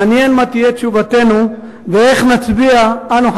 מעניין מה תהיה תשובתנו ואיך נצביע אנו,